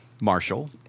Marshall